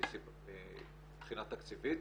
מבחינה תקציבית.